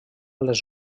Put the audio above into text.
les